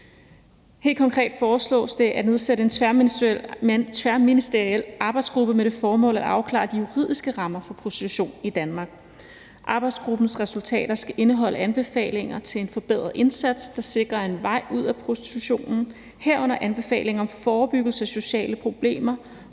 Helt konkret foreslås det at nedsætte en tværministeriel arbejdsgruppe med det formål af afklare de juridiske rammer for prostitution i Danmark. Arbejdsgruppens resultater skal indeholde anbefalinger til en forbedret indsats, der sikrer en vej ud af prostitutionen, herunder anbefalinger om forebyggelse af sociale problemer,